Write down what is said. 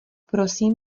prosím